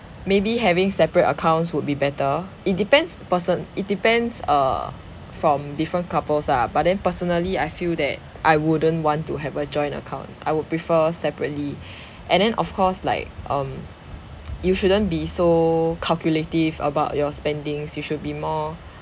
maybe having separate accounts would be better it depends a person it depends err from different couples ah but then personally I feel that I wouldn't want to have a joint account I would prefer separately and then of course like um you shouldn't be so calculative about your spendings you should be more